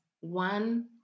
one